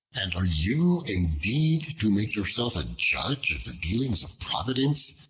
and are you indeed to make yourself a judge of the dealings of providence,